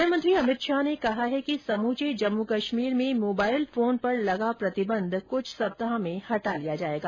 गृहमंत्री अमित शाह ने कहा है कि समूचे जम्मू कश्मीर में मोबाइल फोन पर लगा प्रतिबंध कृछ सप्ताह में हटा लिया जाएगा